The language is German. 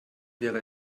wäre